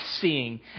seeing